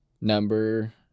number